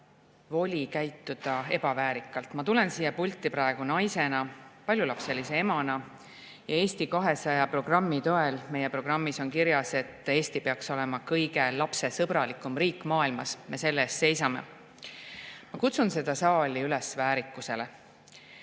voli käituda ebaväärikalt. Ma tulen siia pulti praegu naisena, paljulapselise emana ja Eesti 200 programmi toel. Meie programmis on kirjas, et Eesti peaks olema kõige lapsesõbralikum riik maailmas. Me selle eest seisame. Ma kutsun seda saali üles väärikusele,